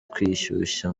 kwishyushya